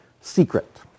secret